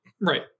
right